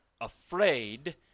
afraid